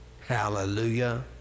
hallelujah